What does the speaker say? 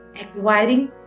acquiring